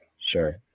Sure